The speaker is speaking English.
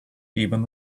even